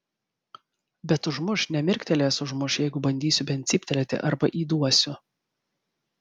bet užmuš nemirktelėjęs užmuš jeigu bandysiu bent cyptelėti arba įduosiu